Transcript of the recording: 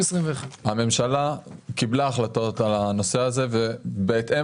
הממשלה קיבלה החלטות בנושא הזה ובהתאם